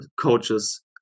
coaches